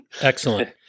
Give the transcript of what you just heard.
Excellent